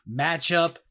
matchup